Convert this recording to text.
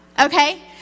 okay